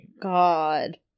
god